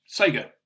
Sega